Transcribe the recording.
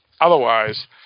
otherwise